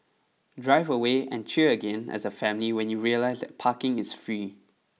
drive away and cheer again as a family when you realise that parking is free